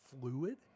fluid